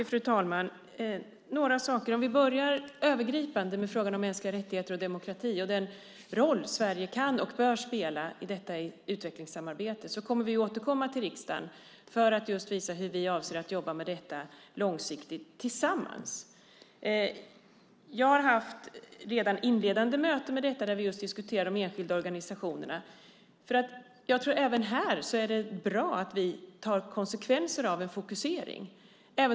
Fru talman! Om vi börjar övergripande med frågan om mänskliga rättigheter och demokrati och den roll som Sverige kan och bör spela i detta utvecklingssamarbete, kommer vi att återkomma till riksdagen för att visa hur vi avser att jobba med frågan långsiktigt tillsammans. Jag har redan haft inledande möten där vi just diskuterat de enskilda organisationerna. Jag tror att även här är det bra att vi drar konsekvenser av en fokusering.